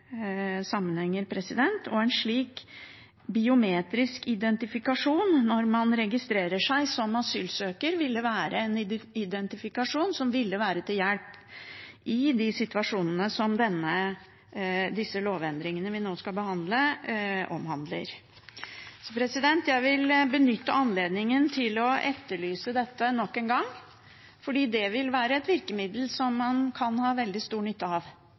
sammenhenger. En slik biometrisk identifikasjon når man registrerer seg som asylsøker, ville være en identifikasjon til hjelp i de situasjonene som disse lovendringene vi nå skal behandle, omhandler. Så jeg vil benytte anledningen til å etterlyse dette nok en gang, for det ville være et virkemiddel som man kan ha veldig stor nytte av